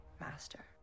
Master